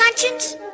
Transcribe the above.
conscience